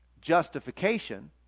justification